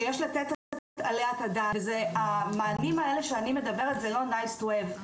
שיש לתת עליה את הדעת וזה המענים האלה שאני מדברת זה לא נייס תו הב,